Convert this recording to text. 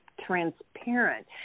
transparent